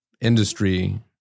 industry